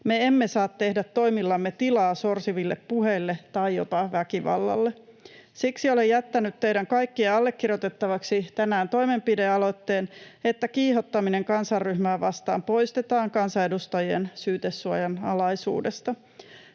Me emme saa tehdä toimillamme tilaa sorsiville puheille tai jopa väkivallalle. Siksi olen jättänyt teidän kaikkien allekirjoitettavaksi tänään toimenpidealoitteen siitä, että kiihottaminen kansanryhmää vastaan poistetaan kansanedustajien syytesuojan alaisuudesta.